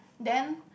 then